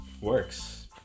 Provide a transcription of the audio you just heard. works